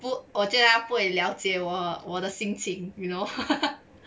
我觉得他不会了解我我的心情 you know